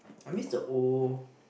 I miss the old